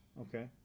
okay